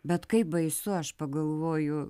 bet kaip baisu aš pagalvoju